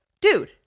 Dude